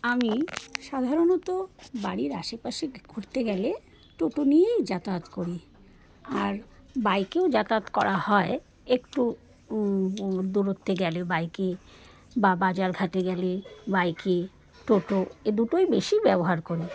আমি সাধারণত বাড়ির আশেপাশে ঘুরতে গেলে টোটো নিয়েই যাতায়াত করি আর বাইকেও যাতায়াত করা হয় একটু দূরত্বে গেলে বাইকে বা বাজারঘাটে গেলে বাইকে টোটো এ দুটোই বেশি ব্যবহার করি